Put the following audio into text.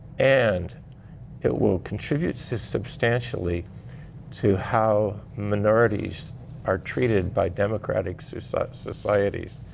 and it will contribute substantially to how minorities are treated by democratic so societies.